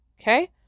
Okay